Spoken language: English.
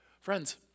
Friends